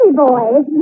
Boys